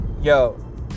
Yo